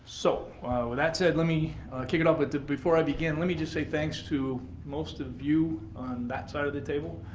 so, with that said let me kick it off. but before i begin, let me just say thanks to most of you on that side of the table.